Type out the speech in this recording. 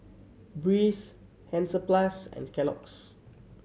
Breeze Hansaplast and Kellogg's